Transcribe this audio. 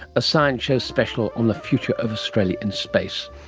a science show special on the future of australia in space.